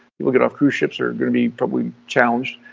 people get off cruise ships, are going to be probably challenged.